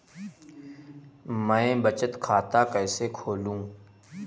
मैं बचत खाता कैसे खोलूं?